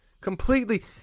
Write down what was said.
completely